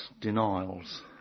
denials